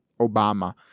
Obama